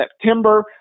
september